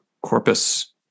Corpus